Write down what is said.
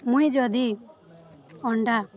ମୁଇଁ ଯଦି ଅଣ୍ଡା